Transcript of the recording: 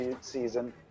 season